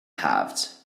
halved